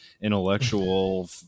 intellectual